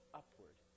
upward